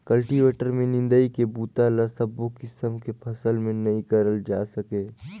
cultivator में निंदई के बूता ल सबो किसम के फसल में नइ करल जाए सके